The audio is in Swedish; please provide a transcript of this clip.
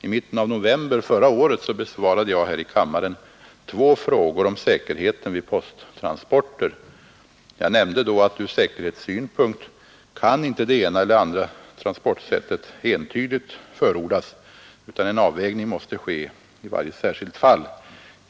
I mitten av november förra året besvarade jag här i kammaren två frågor om säkerheten vid posttransporter. Jag nämnde då att ur säkerhetssynpunkt kan inte det ena eller andra transportsättet entydigt förordas, utan en avvägning måste ske i varje särskilt fall.